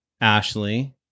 ashley